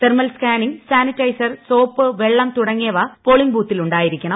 thermal scanning sanitiser soap വെള്ളം തുടങ്ങിയവ polling ബൂത്തിൽ ഉണ്ടായിരിക്കണം